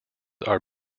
are